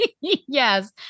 Yes